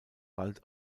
bald